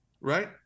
Right